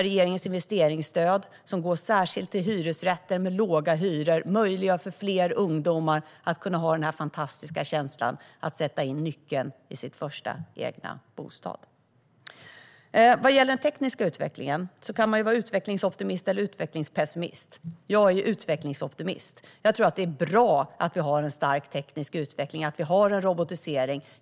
Regeringens investeringsstöd, som särskilt går till hyresrätter med låga hyror, möjliggör för fler ungdomar att få känna den fantastiska känslan att sätta in nyckeln i sin första egna bostad. Vad gäller den tekniska utvecklingen kan man vara utvecklingsoptimist eller utvecklingspessimist. Jag är utvecklingsoptimist. Jag tror att det är bra att vi har en stark teknisk utveckling och en robotisering.